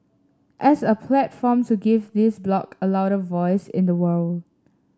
as a platform to give this bloc a louder voice in the world